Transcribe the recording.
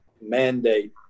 mandate